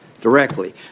directly